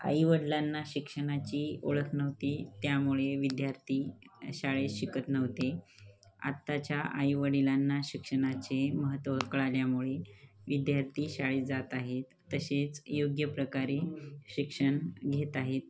आईवडिलांना शिक्षणाची ओळख नव्हती त्यामुळे विद्यार्थी शाळेत शिकत नव्हते आत्ताच्या आईवडिलांना शिक्षणाचे महत्त्व कळाल्यामुळे विद्यार्थी शाळेत जात आहेत तसेच योग्य प्रकारे शिक्षण घेत आहेत